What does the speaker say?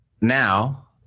now